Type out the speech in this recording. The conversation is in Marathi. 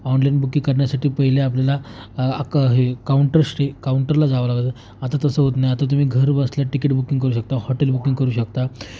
ऑनलाईन बुकिंग करण्यासाठी पहिले आपल्याला अ हे काऊंटर स्टे काउंटरला जावं लागलं आता तसं होत नाही आता तुम्ही घरबसल्या तिकीट बुकिंग करू शकता हॉटल बुकिंग करू शकता